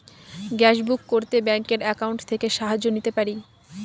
Gas book করতে ব্যাংকের account থেকে সাহায্য নিতে পারি?